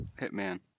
Hitman